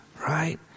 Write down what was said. right